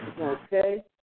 Okay